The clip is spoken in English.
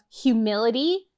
humility